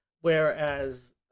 whereas